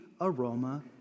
aroma